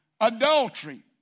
adultery